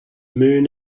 moon